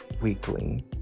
Weekly